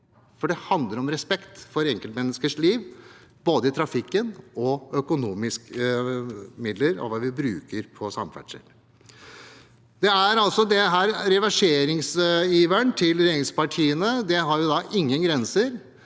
for det handler om respekt for enkeltmenneskers liv i trafikken og økonomiske midler og hva vi bruker på samferdsel. Reverseringsiveren til regjeringspartiene har ingen grenser.